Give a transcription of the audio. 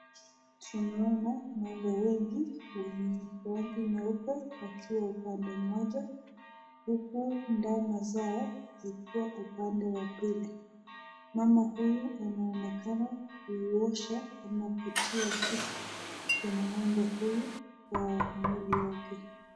Tunaona ng'ombe wengi wenye rangi nyeupe wakiwa upande mmoja huku ndama zao zikiwa upande wa pili. Mama huyu anaonekana kuiosha ama kutia kitu kwenye ng'ombe huyu kwa mwili wake.